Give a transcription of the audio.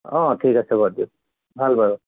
অঁ ঠিক আছে বাৰু দিয়ক ভাল বাৰু